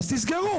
אז תסגרו.